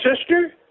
sister